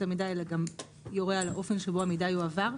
המידע אלא גם יורה על האופן שבו המידע יועבר?